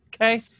Okay